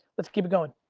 let's keep it going.